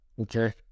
Okay